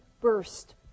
burst